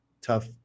tough